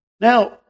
Now